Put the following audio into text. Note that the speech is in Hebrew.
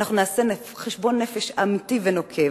אנחנו נעשה חשבון נפש אמיתי ונוקב,